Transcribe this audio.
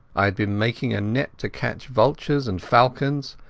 i had been making a net to catch vultures and falcons,